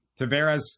Tavares